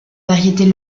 variétés